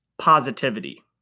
positivity